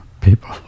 People